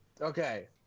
Okay